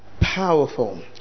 Powerful